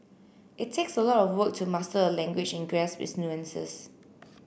it takes a lot of work to master a language and grasp its nuances